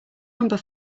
number